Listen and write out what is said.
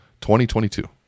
2022